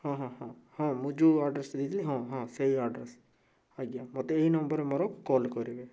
ହଁ ହଁ ହଁ ମୁଁ ଯେଉଁ ଆଡ୍ରେସ୍ ଦେଇଥିଲି ହଁ ହଁ ସେଇ ଆଡ୍ରେସ୍ ଆଜ୍ଞା ମୋତେ ଏହି ନମ୍ବରରେ ମୋର କଲ୍ କରିବେ